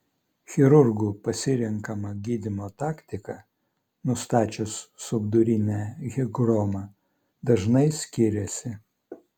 chirurgų pasirenkama gydymo taktika nustačius subdurinę higromą dažnai skiriasi